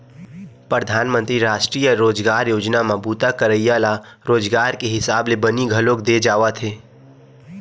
परधानमंतरी रास्टीय रोजगार योजना म बूता करइया ल रोज के हिसाब ले बनी घलोक दे जावथे